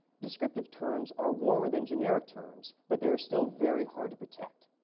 descriptive terms are warmer than generic terms, but they are still very hard to protect.